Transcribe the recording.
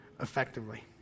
effectively